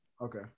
Okay